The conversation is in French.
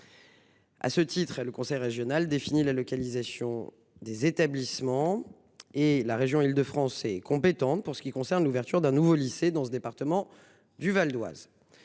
À ce titre, le conseil régional définit la localisation des établissements, et la région Île-de-France est compétente pour l'ouverture d'un nouveau lycée dans le département du Val-d'Oise.